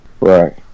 Right